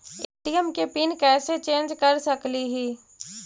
ATM के pin कैसे change कर सकली ही?